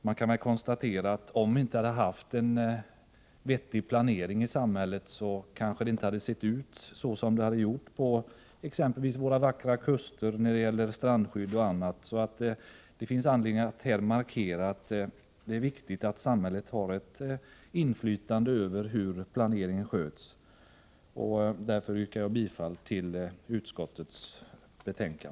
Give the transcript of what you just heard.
Man kan konstatera, att om vi inte hade haft en vettig planering i samhället, hade det inte sett ut som det gör på exempelvis våra vackra kuster. Det kan gälla strandskydd, men också annat. Det finns alltså anledning att markera att samhället skall ha ett inflytande över hur planering sköts. Med detta yrkar jag bifall till utskottets hemställan.